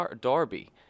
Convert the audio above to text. Darby